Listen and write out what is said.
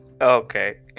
Okay